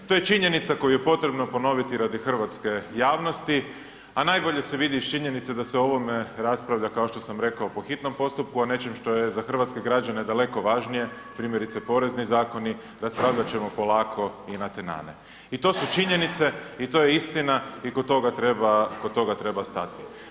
To je činjenica koju je potrebno ponoviti radi hrvatske javnosti, a najbolje se vidi iz činjenice da se o ovome raspravlja kao što sam rekao po hitnom postupku, a o nečem što je za hrvatske građane daleko važnije, primjerice porezni zakoni raspravljat ćemo polako i natenane i to su činjenice i to je istina i kod toga treba stati.